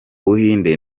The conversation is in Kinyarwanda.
buhinde